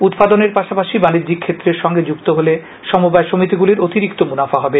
উৎপাদনের পাশাপাশি বাণিজ্কি ক্ষেত্রের সঙ্গে যুক্ত হলে সমবায় সমিতিগুলির অতিরিক্ত মুনাফা হবে